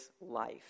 life